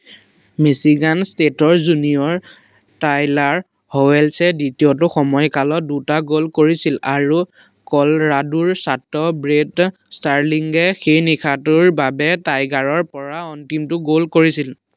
Michigan ষ্টেটৰ junior Tyler হৱেলছে দ্বিতীয়টো সময়কালত দুটা গ'ল কৰিছিল আৰু ক'ল'ৰাডোৰ ছাত্ৰ ব্ৰেট ষ্টাৰ্লিঙে সেই নিশাটোৰ বাবে টাইগাৰৰপৰা অন্তিমটো গ'ল কৰিছিল